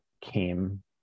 came